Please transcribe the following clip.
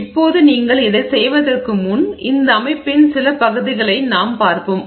இப்போது நீங்கள் இதைச் செய்வதற்கு முன் இந்த அமைப்பின் சில பகுதிகளை நாம் பார்ப்போம்